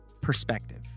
perspective